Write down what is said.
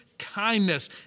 kindness